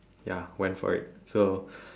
ya went for it so